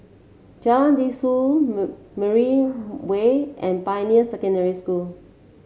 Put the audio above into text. Jalan Dusun Mariam Way and Pioneer Secondary School